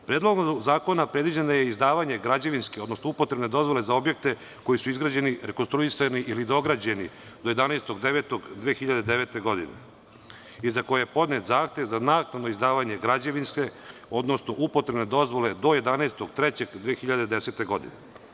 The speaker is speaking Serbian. Predlogom zakona predviđeno je i izdavanje građevinske, odnosno upotrebne dozvole za objekte koji su izgrađeni rekonstruisani ili dograđeni do 11. septembra 2009. godine, za koje je podnet zahtev za naknadno izdavanje građevinske, odnosno upotrebne dozvole do 11.3.2010. godine.